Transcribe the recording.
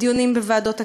בדיונים בוועדות הכנסת,